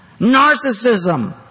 Narcissism